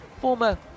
former